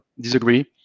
disagree